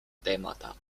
témata